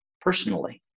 personally